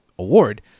award